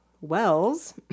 Wells